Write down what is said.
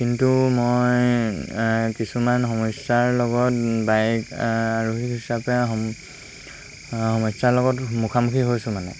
কিন্তু মই কিছুমান সমস্যাৰ লগত বাইক আৰোহীক হিচাপে সমস্যাৰ লগত মুখামুখি হৈছোঁ মানে